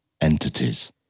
entities